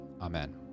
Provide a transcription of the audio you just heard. Amen